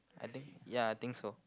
I think ya I think so